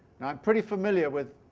i'm pretty familiar with